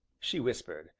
she whispered,